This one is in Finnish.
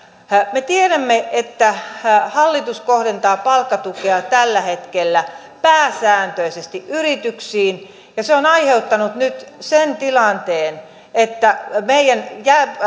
me tiedämme että hallitus kohdentaa palkkatukea tällä hetkellä pääsääntöisesti yrityksiin ja se on aiheuttanut nyt sen tilanteen meidän